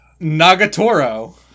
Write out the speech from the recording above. Nagatoro